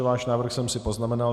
Váš návrh jsem si poznamenal.